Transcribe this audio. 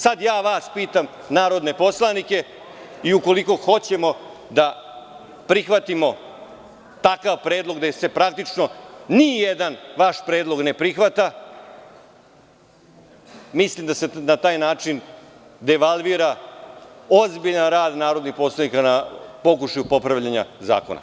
Sada ja vas pitam, narodne poslanike, i ukoliko hoćemo da prihvatimo takav predlog gde se praktično ni jedan vaš predlog ne prihvata, mislim da se na taj način devalvira ozbiljan rad narodnih poslanika na pokušaju popravljanja zakona.